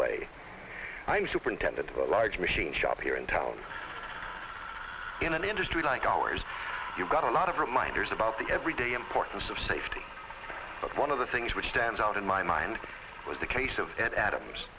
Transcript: way i'm superintendent of a large machine shop here in town in an industry like ours you've got a lot of reminders about the everyday importance of safety one of the things which stands out in my mind was the case of adams